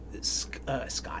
Scott